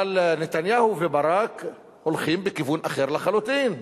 אבל נתניהו וברק הולכים בכיוון אחר לחלוטין.